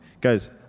Guys